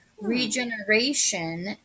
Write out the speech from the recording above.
Regeneration